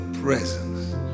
presence